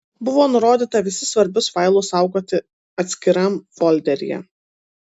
buvo nurodyta visi svarbius failus saugoti atskiram folderyje